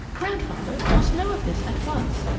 grandfather must know of this at once.